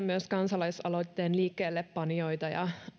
myös kiittää kansalaisaloitteen liikkeellepanijoita ja